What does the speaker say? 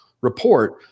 report